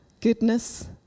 goodness